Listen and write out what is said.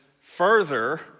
further